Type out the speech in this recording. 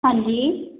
ਹਾਂਜੀ